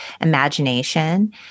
imagination